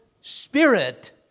spirit